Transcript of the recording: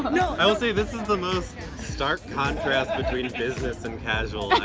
but you know i'll say this is the most stark contrast between business and casual